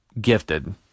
gifted